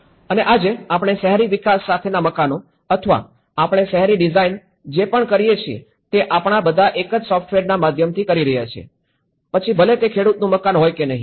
અને આજે આપણે શહેરી વિકાસ સાથેના મકાનો અથવા આપણે શહેરી ડિઝાઇન જે પણ કરીએ છીએ તે આપણે બધા એક જ સોફ્ટવેરના માધ્યમથી કરી રહ્યા છીએ પછી ભલે તે ખેડૂતનું મકાન હોય કે નહીં